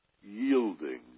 yielding